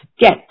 get